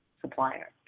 supplier